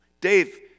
Dave